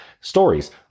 Stories